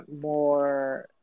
more